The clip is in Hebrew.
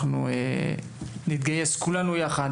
אנחנו נתגייס כולנו יחד